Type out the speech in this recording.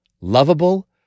lovable